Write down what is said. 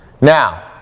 Now